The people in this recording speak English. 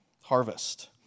Harvest